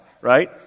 right